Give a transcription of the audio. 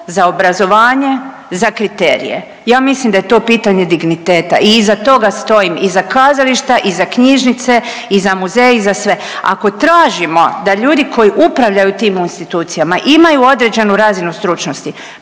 za obrazovanje, za kriterije, ja mislim da je to pitanje digniteta i iza toga stoji i iza kazališta, iza knjižnice, iza muzeje i za sve. Ako tražimo da ljudi koji upravljaju tim institucijama imaju određenu razinu stručnosti